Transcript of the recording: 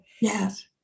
Yes